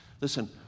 Listen